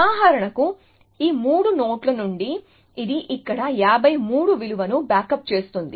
ఉదాహరణకు ఈ మూడు నోడ్ల నుండి ఇది ఇక్కడ 53 విలువను బ్యాకప్ చేస్తుంది